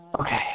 Okay